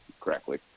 correctly